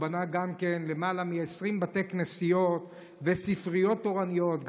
הוא גם בנה למעלה מ-20 בתי כנסיות וספריות תורניות,